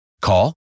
Call